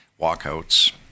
Walkouts